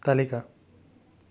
তালিকা